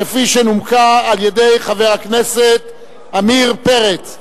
שנומקה על-ידי חבר הכנסת עמיר פרץ.